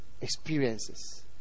experiences